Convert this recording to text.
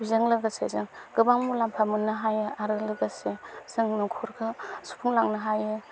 बेजों लोगोसे जों गोबां मुलाम्फा मोननो हायो आरो लोगोसे जों न'खरखौ सुफुंलांनो हायो